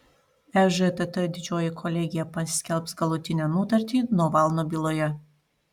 ežtt didžioji kolegija paskelbs galutinę nutartį navalno byloje